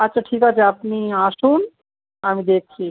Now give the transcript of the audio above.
আচ্ছা ঠিক আছে আপনি আসুন আমি দেখছি